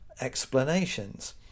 explanations